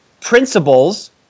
principles